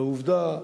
לא "עובדה",